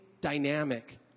dynamic